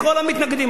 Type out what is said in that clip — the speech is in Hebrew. כל המתנגדים,